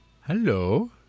Hello